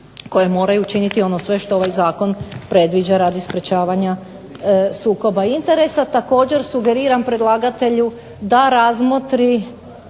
koje moraju činiti ono sve što ovaj zakon predviđa radi sprečavanja sukoba interesa. Također, sugeriram predlagatelju da razmotri